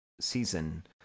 season